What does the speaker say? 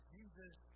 Jesus